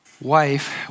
wife